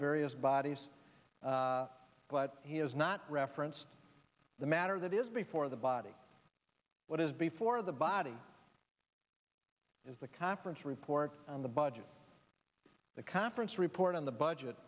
various bodies but he has not referenced the matter that is before the body what is before the body is the conference report on the budget the conference report on the budget